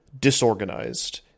disorganized